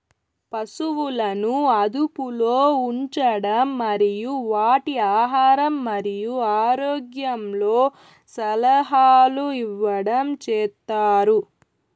పసువులను అదుపులో ఉంచడం మరియు వాటి ఆహారం మరియు ఆరోగ్యంలో సలహాలు ఇవ్వడం చేత్తారు